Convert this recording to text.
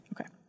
Okay